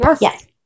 yes